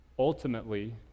Ultimately